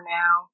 now